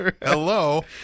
hello